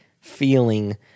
feeling